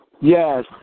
Yes